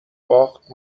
باخت